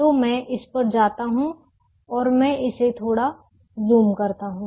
तो मैं इस पर जाता हूं और मैं इसे थोड़ा ज़ूम करता हूं